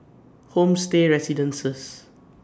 Homestay Residences